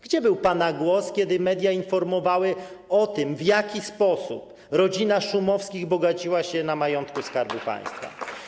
Gdzie był pana głos, kiedy media informowały o tym, w jaki sposób rodzina Szumowskich bogaciła się na majątku Skarbu Państwa?